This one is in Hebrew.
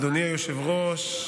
אדוני היושב-ראש,